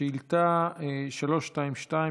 שאילתה 322,